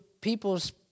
people's